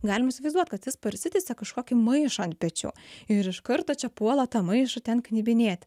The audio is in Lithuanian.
galim įsivaizduot kad jis parsitįsė kažkokį maišą ant pečių ir iš karto čia puola tą maišą ten knibinėti